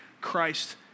Christ